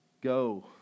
go